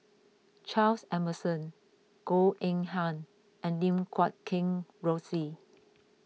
Charles Emmerson Goh Eng Han and Lim Guat Kheng Rosie